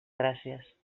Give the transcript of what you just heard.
gràcies